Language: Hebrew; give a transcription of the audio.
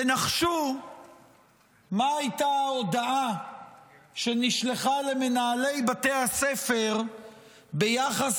תנחשו מה הייתה ההודעה שנשלחה למנהלי בתי הספר ביחס